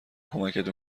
کمکتون